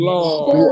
Lord